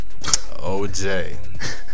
OJ